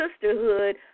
sisterhood